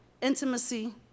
intimacy